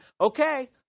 okay